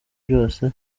byose